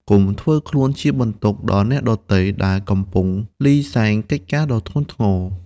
កុំធ្វើខ្លួនជាបន្ទុកដល់អ្នកដទៃដែលកំពុងលីសែងកិច្ចការដ៏ធ្ងន់ធ្ងរ។